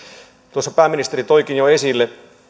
tuossa pääministeri toikin jo esille